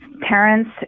parents